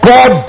God